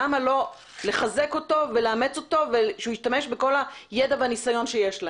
למה לא לחזק אותו ולאמץ אותו ושהוא ישתמש בכל הידע והניסיון שיש להם.